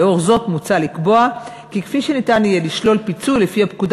לאור זאת מוצע לקבוע שניתן יהיה לשלול פיצוי לפי הפקודה